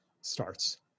starts